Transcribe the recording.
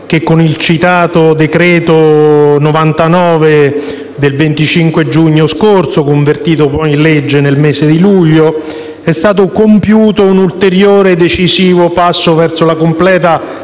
che con il citato decreto-legge n. 99 del 25 giugno 2017, convertito in legge nel mese di luglio, è stato compiuto un ulteriore e decisivo passo verso la completa